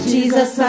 Jesus